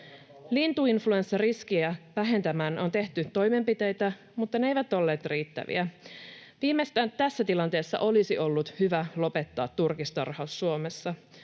Lintuinfluenssariskiä vähentämään on tehty toimenpiteitä, mutta ne eivät ole olleet riittäviä. Viimeistään tässä tilanteessa olisi ollut hyvä lopettaa turkistarhaus Suomessa,